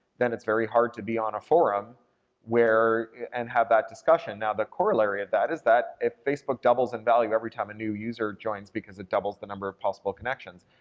then it's very hard to be on a forum where, and have that discussion. now the corollary of that is that if facebook doubles in value every time a new user joins because it doubles the number of possible connection,